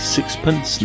Sixpence